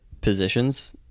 positions